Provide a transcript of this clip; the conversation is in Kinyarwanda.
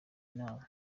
nama